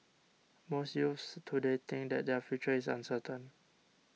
most youths today think that their future is uncertain